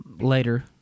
later